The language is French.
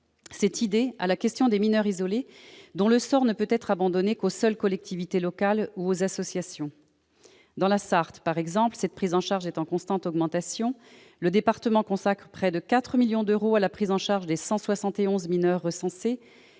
cette idée à la question des mineurs isolés, dont le sort ne peut être abandonné aux seules collectivités locales ou aux associations. Dans la Sarthe, par exemple, leur prise en charge est en constante augmentation. Le département consacre près de 4 millions d'euros à la prise en charge des 171 mineurs recensés,